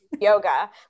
yoga